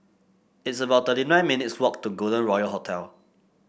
it's about thirty nine minutes' walk to Golden Royal Hotel